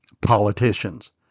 politicians